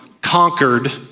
conquered